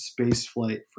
spaceflight